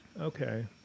Okay